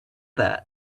that